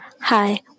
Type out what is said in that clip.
Hi